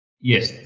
Yes